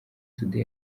today